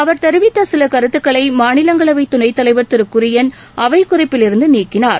அவர் தெரிவித்த சில கருத்துக்களை மாநிலங்களவை துணைத் தலைவர் திரு குரியன் அவை குறிப்பில் இருந்து நீக்கினார்